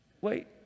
Wait